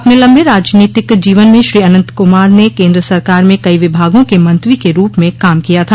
अपने लम्बे राजनीतिक जीवन में श्री अनत कुमार ने केन्द्र सरकार में कई विभागों के मंत्री के रूप में काम किया था